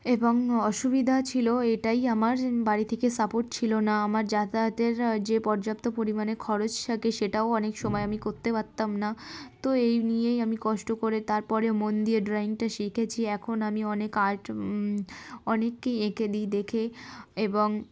এবং অসুবিধা ছিল এটাই আমার বাড়ি থেকে সাপোর্ট ছিলো না আমার যাতায়াতের যে পর্যাপ্ত পরিমাণে খরচ থাকে সেটাও অনেক সময় আমি করতে পারতাম না তো এই নিয়েই আমি কষ্ট করে তারপরে মন দিয়ে ড্রয়িংটা শিখেছি এখন আমি অনেক আর্ট অনেককেই এঁকে দিই দেখে এবং